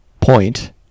point